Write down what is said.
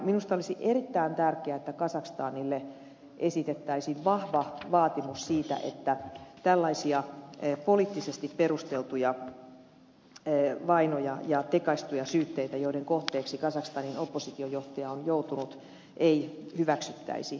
minusta olisi erittäin tärkeää että kazakstanille esitettäisiin vahva vaatimus siitä että tällaisia poliittisesti perusteltuja vainoja ja tekaistuja syytteitä joiden kohteeksi kazakstanin oppositiojohtaja on joutunut ei hyväksyttäisi